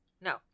No